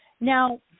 Now